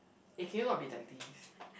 eh can you not be like this